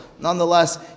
nonetheless